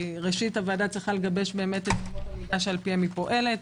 כי ראשית הוועדה צריכה לגבש את אמות המידה שלפיהן היא פועלת.